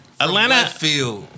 Atlanta